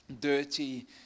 dirty